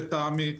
לטעמי.